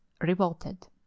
revolted